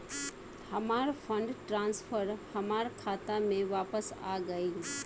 हमार fund transfer हमार खाता में वापस आ गइल